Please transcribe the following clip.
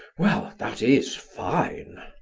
well, that is fine!